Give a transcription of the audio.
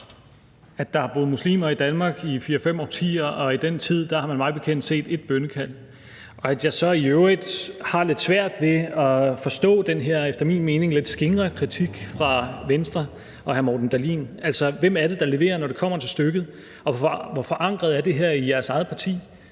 at der har boet muslimer i Danmark i 4-5 årtier, og i den tid har man mig bekendt set ét bønnekald. Jeg har så i øvrigt lidt svært ved at forstå den her efter min mening lidt skingre kritik fra Venstre og hr. Morten Dahlin. Altså, hvem er det, der leverer, når det kommer til stykket, og hvor forankret er det her i jeres eget parti?